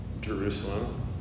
Jerusalem